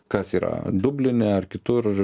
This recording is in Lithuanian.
kas yra dubline ar kitur